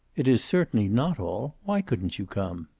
it is certainly not all. why couldn't you come?